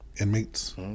Inmates